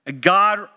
God